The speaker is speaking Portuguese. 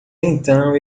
então